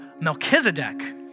Melchizedek